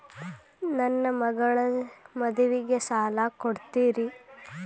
ನನ್ನ ಮಗಳ ಮದುವಿಗೆ ಸಾಲ ಕೊಡ್ತೇರಿ?